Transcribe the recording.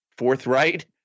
Forthright